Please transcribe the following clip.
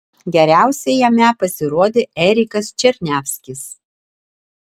geriausiai jame pasirodė erikas černiavskis